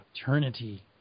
Eternity